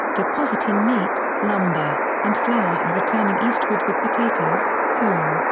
depositing meat, lumber, and flour and returning eastward with potatoes, corn,